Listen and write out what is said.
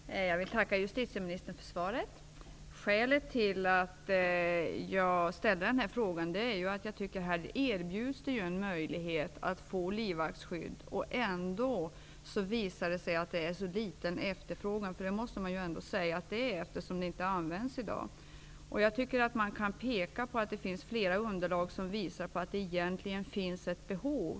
Fru talman! Jag vill tacka justitieministern för svaret. Skälet till att jag ställde denna fråga är att det, har visat sig att efterfrågan på det livvaktsskydd som i dag erbjuds är liten. Man kan peka på att det finns flera underlag som visar att det egentligen finns ett behov.